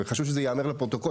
וחשוב שזה יאמר לפרוטוקול,